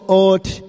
ought